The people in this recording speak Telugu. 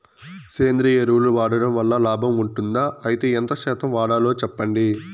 సేంద్రియ ఎరువులు వాడడం వల్ల లాభం ఉంటుందా? అయితే ఎంత శాతం వాడాలో చెప్పండి?